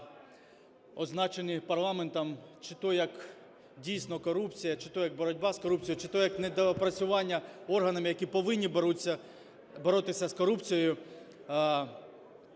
означені парламентом чи то як дійсно корупція, чи то як боротьба з корупцією, чи то як недоопрацювання органами, які повинні боротися з корупцією.